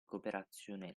cooperazione